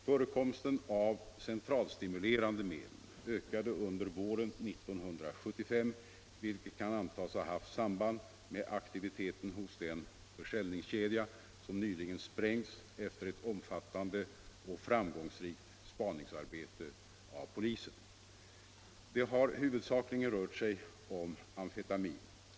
Förekomsten av centralstimulerande medel ökade under våren 1975, vilket kan antas ha haft samband med aktiviteten hos den försäljningskedja som nyligen sprängts efter ett omfattande och framgångsrikt spaningsarbete av polisen. Det har huvudsakligen rört sig om amfetamin.